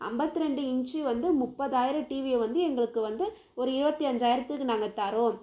ஐம்பத்தி ரெண்டு இன்ச்சு வந்து முப்பதாயிரம் டிவியை வந்து எங்களுக்கு வந்து ஒரு இருபத்தி அஞ்சாயிரத்துக்கு நாங்கள் தரோம்